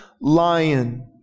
lion